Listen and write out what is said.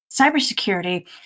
cybersecurity